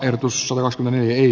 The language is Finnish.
äänestin ei